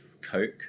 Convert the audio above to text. coke